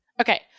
okay